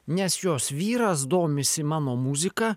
nes jos vyras domisi mano muzika